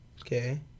Okay